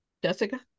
Jessica